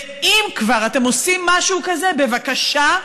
ואם כבר אתם עושים משהו כזה, בבקשה,